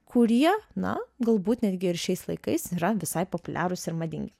kurie na galbūt netgi ir šiais laikais yra visai populiarūs ir madingi